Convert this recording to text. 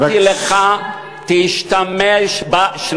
אמרתי לך: תשתמש, אתה רוצה חוקים גזעניים?